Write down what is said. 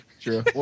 True